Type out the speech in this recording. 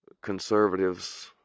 conservatives